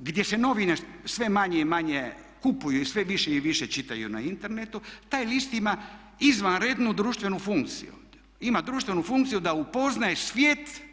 gdje se novine sve manje i manje kupuju i sve više i više čitaju na internetu taj list ima izvanrednu društvenu funkciju, ima društvenu funkciju da upoznaje svijet.